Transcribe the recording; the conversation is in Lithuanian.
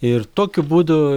ir tokiu būdu